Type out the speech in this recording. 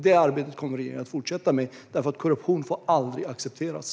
Detta arbete kommer regeringen att fortsätta med, för korruption får aldrig accepteras.